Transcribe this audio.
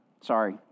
Sorry